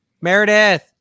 Meredith